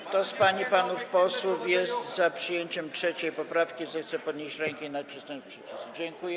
Kto z pań i panów posłów jest za przyjęciem 3. poprawki, zechce podnieść rękę i nacisnąć przycisk.